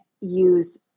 use